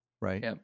Right